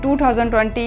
2020